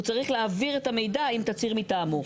הוא צריך להעביר את המידע עם תצהיר מטעמו,